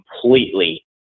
completely